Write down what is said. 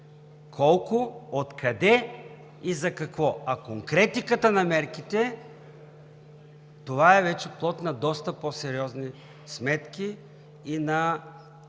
колко, откъде и за какво. А конкретиката на мерките – това е плод на доста по-сериозни сметки и на